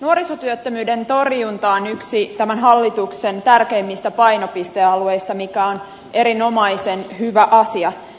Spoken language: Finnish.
nuorisotyöttömyyden torjunta on yksi tämän hallituksen tärkeimmistä painopistealueista mikä on erinomaisen hyvä asia